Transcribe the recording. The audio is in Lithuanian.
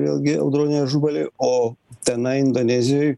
vėlgi audroniui ažubaliui o tenai indonezijoj